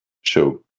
show